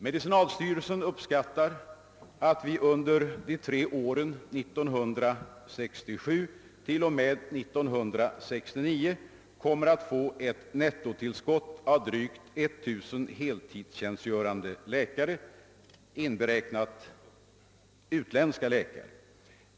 Medicinalstyrelsen uppskattar att det under de tre åren 1967 t.o.m. 1969 kommer att bli ett nettotillskott av drygt 1 000 heltidstjänstgörande läkare, inberäknat utländska läkare.